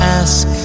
ask